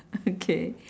okay